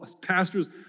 Pastors